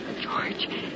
George